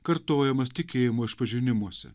kartojamas tikėjimo išpažinimuose